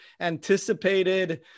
anticipated